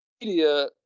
media